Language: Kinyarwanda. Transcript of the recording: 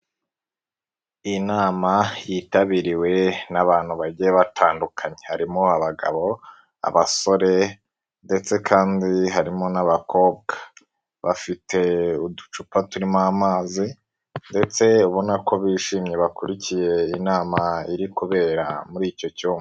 Inama yitabiriwe n'abantu bagiye batandukanye. Harimo abagabo, abasore ndetse kandi harimo n'abakobwa. Bafite uducupa turimo amazi ndetse ubona ko bishimye bakurikiye inama iri kubera muri icyo cyumba.